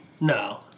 No